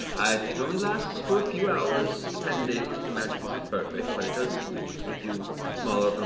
it only lasts for a few hours, depending, the magic isn't perfect, but it does make you smaller. but